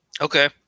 Okay